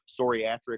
psoriatic